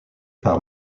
par